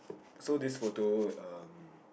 so this photo um